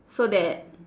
so that